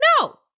No